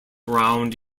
round